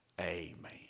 amen